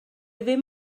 ddim